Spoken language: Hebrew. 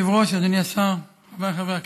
אדוני היושב-ראש, אדוני השר, חבריי חברי הכנסת,